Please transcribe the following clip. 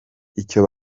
icyo